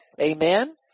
Amen